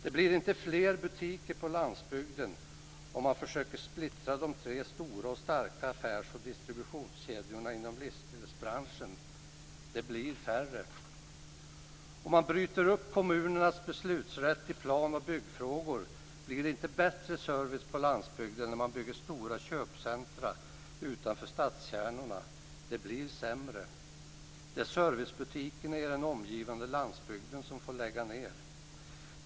Det blir inte fler butiker på landsbygden om försöker splittra de tre stora och starka affärs och distributionskedjorna inom livsmedelsbranschen. Det blir färre. Om man bryter upp kommunernas beslutsrätt i plan och byggfrågor blir det inte bättre service på landsbygden när man bygger stora köpcentrum utanför stadskärnorna. Det blir sämre. Det är servicebutikerna på den omgivande landsbygden som får lägga ned.